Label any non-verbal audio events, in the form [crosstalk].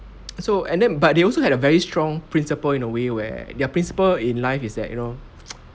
so and then but they also had a very strong principle in a way where their principle in life is that you know [noise]